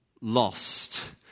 lost